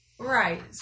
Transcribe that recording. Right